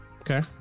Okay